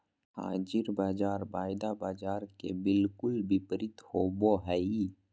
हाज़िर बाज़ार वायदा बाजार के बिलकुल विपरीत होबो हइ